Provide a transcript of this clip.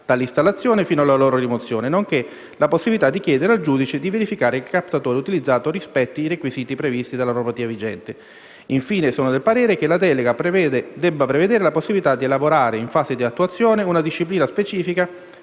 dall'installazione fino alla loro rimozione, nonché la possibilità di chiedere al giudice di verificare che il captatore utilizzato rispetti i requisiti previsti dalla normativa vigente. Infine, sono del parere che la delega debba prevedere la possibilità di elaborare, in fase di attuazione, una disciplina specifica